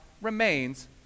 remains